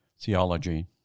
theology